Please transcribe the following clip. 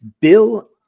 Bill